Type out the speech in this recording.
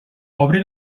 obri